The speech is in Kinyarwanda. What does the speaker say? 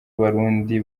abarundi